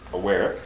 aware